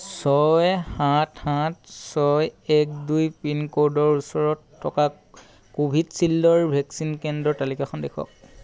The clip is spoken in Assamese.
ছয় সাত সাত ছয় এক দুই পিনক'ডৰ ওচৰত থকা কোভিশ্বিল্ডৰ ভেকচিন কেন্দ্ৰৰ তালিকাখন দেখুৱাওক